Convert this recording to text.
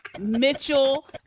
Mitchell